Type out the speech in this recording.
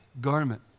garment